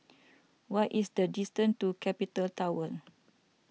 what is the distance to Capital Tower